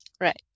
Right